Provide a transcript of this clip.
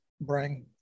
bring